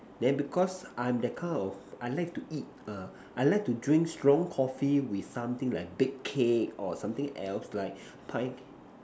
then because I'm that kind of I like to eat err I like to drink strong Coffee with something like bake cake or something else like pie